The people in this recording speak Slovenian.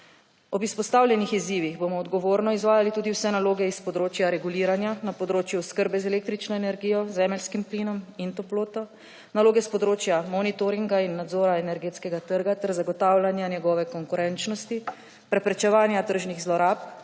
Ob izpostavljenih izzivih bomo odgovorno izvajali tudi vse naloge s področja reguliranja na področju oskrbe z električno energijo, zemeljskim plinom in toploto, naloge s področja monitoringa in nadzora energetskega trga ter zagotavljanja njegove konkurenčnosti, preprečevanja tržnih zlorab,